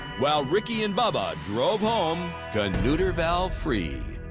while ricky and bubba drove home canooter valve free.